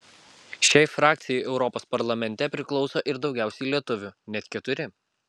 šiai frakcijai europos parlamente priklauso ir daugiausiai lietuvių net keturi